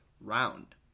round